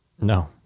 No